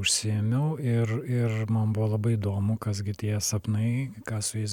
užsiėmiau ir ir man buvo labai įdomu kas gi tie sapnai ką su jais